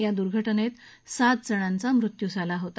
या दुर्घटनेत सात जणांचा मृत्यू झाला होता